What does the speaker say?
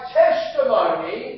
testimony